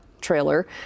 trailer